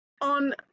On